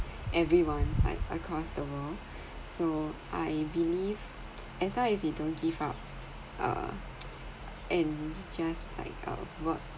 everyone like across the world so I believe as long as you don't give up uh and just like a world